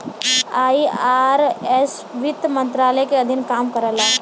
IRS वित्त मंत्रालय के अधीन काम करला